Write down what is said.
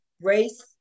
Race